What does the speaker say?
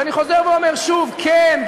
ואני חוזר ואומר שוב: כן,